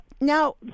now